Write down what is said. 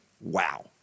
wow